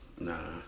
Nah